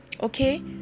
okay